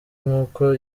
nk’uko